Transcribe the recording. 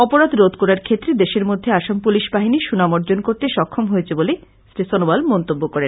অপরাধ রোধ করার ক্ষেত্রে দেশের মধ্যে আসাম পুলিশ বাহিনী সুনাম অর্জন করতে সক্ষম হয়েছে বলে শ্রী সনোয়াল মন্তব্য করেন